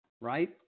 right